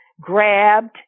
grabbed